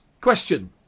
question